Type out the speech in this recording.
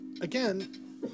again